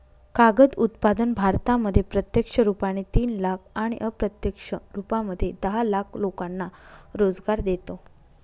कागद उत्पादन भारतामध्ये प्रत्यक्ष रुपाने तीन लाख आणि अप्रत्यक्ष रूपामध्ये दहा लाख लोकांना रोजगार देतो